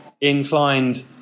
inclined